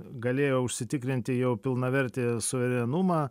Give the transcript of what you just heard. galėjo užsitikrinti jau pilnavertį suverenumą